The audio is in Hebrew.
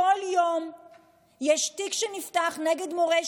כל יום יש תיק שנפתח נגד מורה,